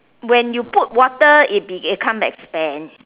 when you put water it become expand